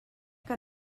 que